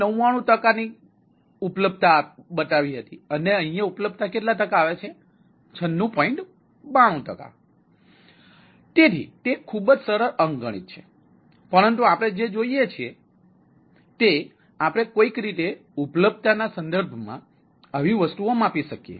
તેથી તે ખૂબ જ સરળ અંકગણિત છે પરંતુ આપણે જે જોઈએ છીએ તે આપણે કોઈક રીતે ઉપલબ્ધતાના સંદર્ભમાં આવી વસ્તુઓ માપી શકીએ